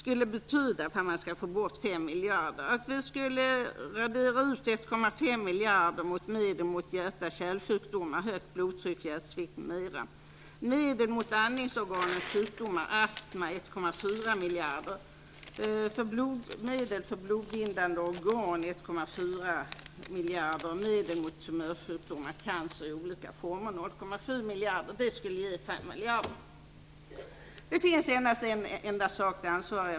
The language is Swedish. Om vi skall få bort 5 miljarder måste vi radera ut 1,5 miljarder för medel mot hjärt och kärlsjukdomar, högt blodtryck, hjärtsvikt m.m., 1,4 miljarder för medel mot andningsorganens sjukdomar, dvs. astma, 1,4 miljarder för medel mot tumörsjukdomar, dvs. cancer i olika former. Det skulle ge 5 miljarder. 2.